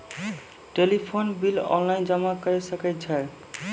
Telephone bill online जमा करै सकै छौ?